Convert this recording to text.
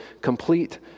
complete